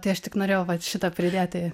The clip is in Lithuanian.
tai aš tik norėjau vat šitą pridėti